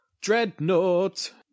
dreadnought